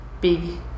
big